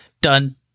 Done